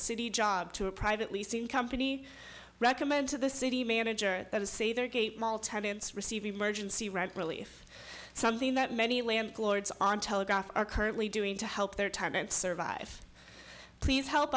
city job to a private leasing company recommend to the city manager of say their gate mall tenants receive emergency rent relief something that many landlords on telegraph are currently doing to help their time and survive please help